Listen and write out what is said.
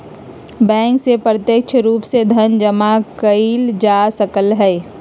bank से प्रत्यक्ष रूप से धन जमा एइल जा सकलई ह